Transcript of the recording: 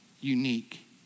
unique